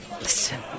listen